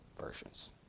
versions